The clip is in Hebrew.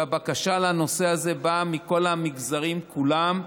והבקשה לנושא הזה באה מכל המגזרים כולם,